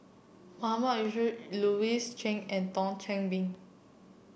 Mahmood Yusof Louis Chen and Thio Chan Been